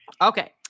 Okay